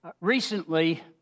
Recently